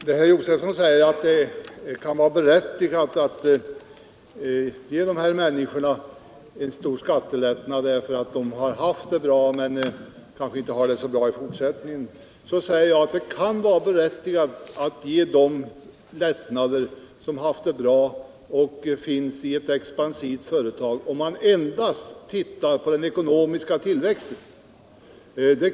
Herr talman! Stig Josefson säger att det kan vara berättigat att ge de här människorna en stor skattelättnad därför att de har haft det bra men kanske inte får det så bra i fortsättningen. Det kan vara berättigat att ge lättnader till dem som haft det bra och har ett expansivt företag bara om man tittar på den ekonomiska tillväxten.